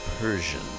Persian